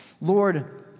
Lord